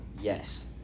Yes